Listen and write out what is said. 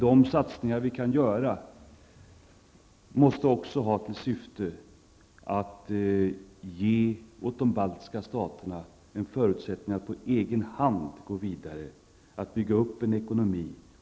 De satsningar som vi kan göra måste också ha till syfte att ge de baltiska staterna förutsättningar att på egen hand gå vidare och att bygga upp en ekonomi.